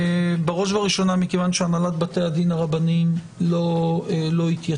בראש ובראשונה מכיוון שהנהלת בתי הדין הרבניים לא התייצבה.